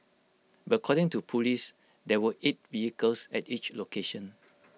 but according to Police there were eight vehicles at each location